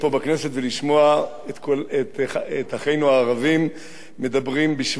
את אחינו הערבים מדברים בשבח ההתנחלויות,